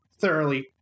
thoroughly